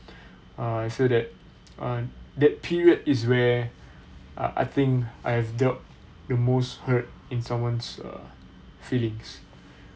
uh I feel that uh that period is where I I think I have dealt the most hurt in someone's err feelings